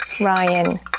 Ryan